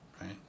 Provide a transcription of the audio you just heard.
right